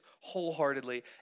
wholeheartedly